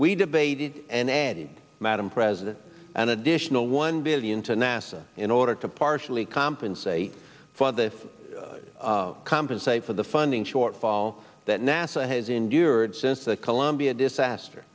we debated and added madame president an additional one billion to nasa in order to partially compensate for this compensate for the funding shortfall that nasa has endured since the columbia disaster